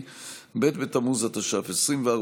שמקומו ביציע ונמצא כאן, אין שום בעיה.